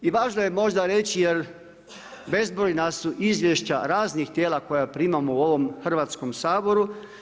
I važno je možda reći, jer bezbrojna su izvješća raznih tijela koja primamo u ovom Hrvatskom saboru.